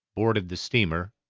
boarded the steamer,